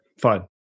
fine